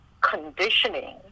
conditioning